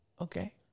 Okay